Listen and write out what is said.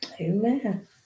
Amen